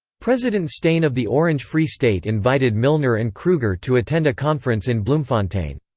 president steyn of the orange free state invited milner and kruger to attend a conference in bloemfontein.